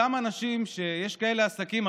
יש כאלה עסקים,